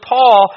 Paul